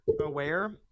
aware